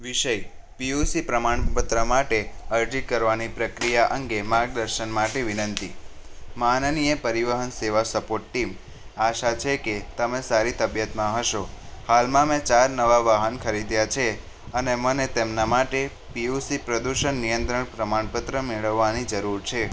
વિષય પીયુસી પ્રમાણપત્ર માટે અરજી કરવાની પ્રક્રિયા અંગે માર્ગદર્શન માટે વિનંતી માનનીય પરિવહન સેવા સપોર્ટ ટીમ આશા છેકે તમે સારી તબીયતમાં હશો હાલમાં મેં ચાર નવા વાહન ખરીદ્યાં છે અને મને તેમના માટે પીયુસી પ્રદૂષણ નિયંત્રણ પ્રમાણપત્ર મેળવવાની જરૂર છે